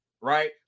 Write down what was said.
right